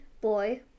boy